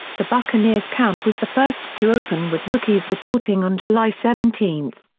the buccaneers camp was the first to open with rookies reporting on july seventeen.